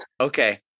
Okay